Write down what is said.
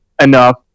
enough